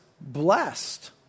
Blessed